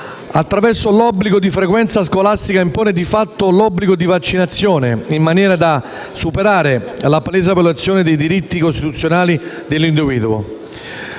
Attraverso l'obbligo di frequenza scolastica, si impone di fatto l'obbligo di vaccinazione, in maniera tale da superare la palese violazione dei diritti costituzionali dell'individuo.